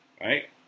Right